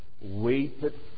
waited